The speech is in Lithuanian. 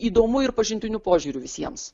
įdomu ir pažintiniu požiūriu visiems